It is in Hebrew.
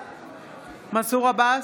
מנסור עבאס,